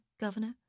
Governor